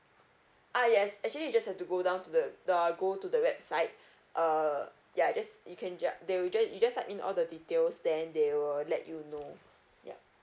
ah yes actually just have to go down to the the go to the website uh yeah it's you can just you just you just type in all the details then they'll let you know yup